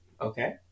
Okay